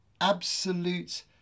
absolute